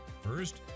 First